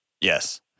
Yes